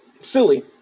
silly